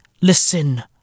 listen